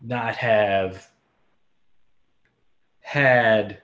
not have had